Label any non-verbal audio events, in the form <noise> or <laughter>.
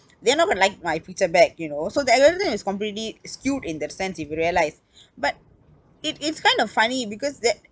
they're not going to like my picture back you know so that everything is completely skewed in that sense if you realise <breath> but it is kind of funny because that